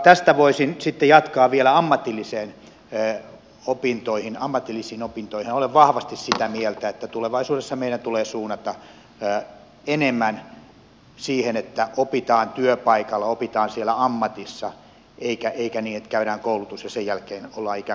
tästä voisin sitten jatkaa vielä ammatillisiin opintoihin ja olen vahvasti sitä mieltä että tulevaisuudessa meidän tulee suunnata enemmän siihen että opitaan työpaikalla opitaan siellä ammatissa eikä niin että käydään koulutus ja sen jälkeen ollaan ikään kuin valmiita työelämään